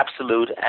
absolute